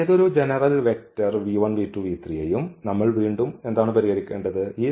അതിനാൽ ഏതൊരു ജനറൽ വെക്റ്ററി നും നമ്മൾ വീണ്ടും എന്താണ് പരിഗണിക്കേണ്ടത്